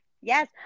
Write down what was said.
yes